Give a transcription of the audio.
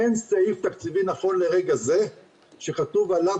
אין סעיף תקציבי נכון לרגע זה שכתוב עליו